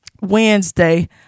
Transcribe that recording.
Wednesday